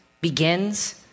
begins